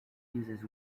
uses